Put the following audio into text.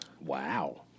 Wow